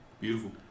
Beautiful